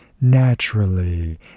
naturally